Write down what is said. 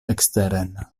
eksteren